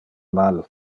mal